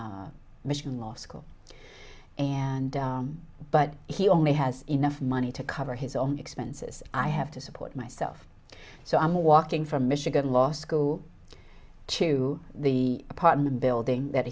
in michigan law school and but he only has enough money to cover his own expenses i have to support myself so i'm walking from michigan law school to the apartment building that